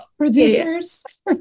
Producers